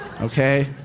okay